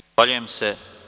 Zahvaljujem se.